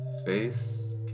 Face